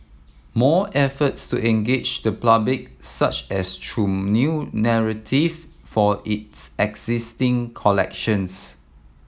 more efforts to engage the public such as through new narrative for its existing collections